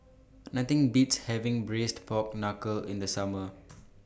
Nothing Beats having Braised Pork Knuckle in The Summer